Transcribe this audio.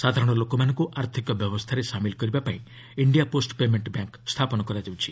ସାଧାରଣ ଲୋକମାନଙ୍କୁ ଆର୍ଥିକ ବ୍ୟବସ୍ଥାରେ ସାମିଲ କରିବା ପାଇଁ ଇଣ୍ଡିଆ ପୋଷ୍ଟ ପେମେଣ୍ଟ ବ୍ୟାଙ୍କ୍ ସ୍ଥାପନ କରାଯାଉଛି